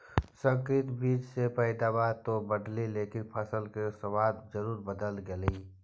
संकरित बीज से पैदावार तो बढ़लई लेकिन फसल के स्वाद जरूर बदल गेलइ